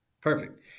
Perfect